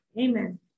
Amen